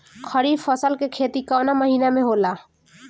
खरीफ फसल के खेती कवना महीना में होला?